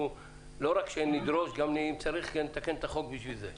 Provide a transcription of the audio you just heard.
לא רק שנדרוש, אם צריך נתקן את החוק בשביל זה.